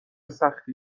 سختی